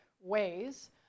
ways